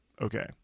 okay